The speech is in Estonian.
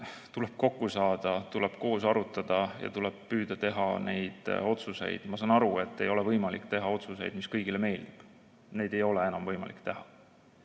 tuleb kokku saada, tuleb koos arutada ja tuleb püüda teha otsuseid. Ma saan aru, et ei ole võimalik teha otsuseid, mis kõigile meeldivad. Neid ei ole enam võimalik teha.